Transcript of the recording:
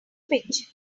pitch